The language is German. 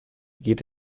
geht